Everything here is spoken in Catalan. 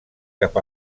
cap